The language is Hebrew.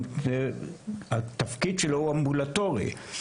התפקיד שלו הוא אמבולטורי.